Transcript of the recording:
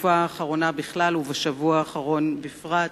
בתקופה האחרונה בכלל ובשבוע האחרון בפרט,